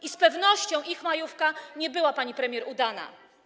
I z pewnością ich majówka nie była, pani premier, udana.